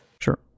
Sure